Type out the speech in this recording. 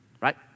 right